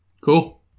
Cool